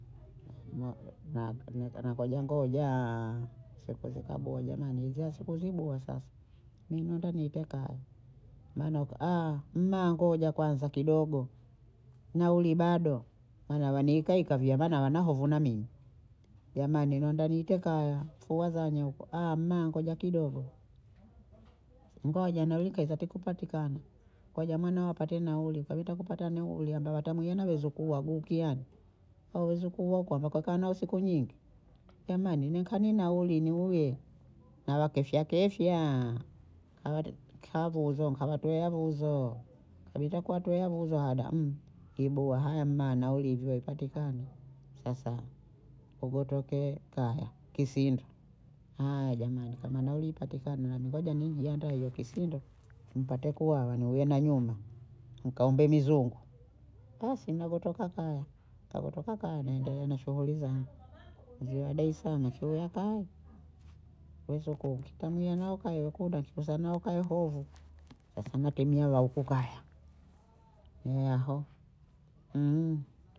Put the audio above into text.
naa- naa- nangojangojaaa siku zikabuha jamani hizya siku zibuha sasa mi nywanda niite kaya maana huku mma ngoja kwanza kidogo nauli bado, hana wa ninkaika vya mana wana hao vuna mimi, jamani nonda niite kaya fua zanye huko mma ngoja kidogo, ngoja nauli nauli keza itikupatikana ngoja mwanao apate nauli, kabinda kupata nauli, amba hata mwiye na mwizukuu wagukia hano, hao wezukuu wako wamekaa nawe siku nyingi, jamani nikani nauli niuye nawakefya kefya kawa kavuzo nkawatoyea vuzooo, nkabinda kuwatolea vuzo hada kibuha haya mma nauli hivyo ipatikana sasa mpaka utoke kaya kisinta haya jamani kama nauli ipatikana nami ngoja njiandae hiyo kisindo npate kulala niwe na nyuma nkaombe mizungu, basi nagotoka kaya, nkagotoka kaya naendelea na shughuli zangu ziye daesaama shuye ya kawe, wezukuu kutamiya naho kaya ukudaki uzani hokaya ovu sasa natimia wa huku kaya ne aho